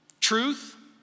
Truth